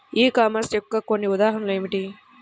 ఈ కామర్స్ యొక్క కొన్ని ఉదాహరణలు ఏమిటి?